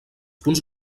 punts